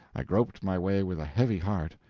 i groped my way with a heavy heart.